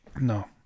no